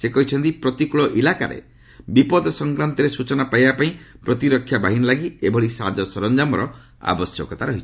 ସେ କହିଛନ୍ତି ପ୍ରତିକୂଳ ଇଲାକାରେ ବିପଦ ସଂକ୍ରାନ୍ତରେ ସ୍ବଚନା ପାଇବା ପାଇଁ ପ୍ରତିରକ୍ଷା ବାହିନୀ ଲାଗି ଏଭଳି ସାଜ ସରଞ୍ଜାମର ଆବଶ୍ୟକତା ରହିଛି